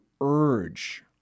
urge